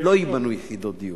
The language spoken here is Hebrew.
לא ייבנו יחידות דיור.